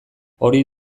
hori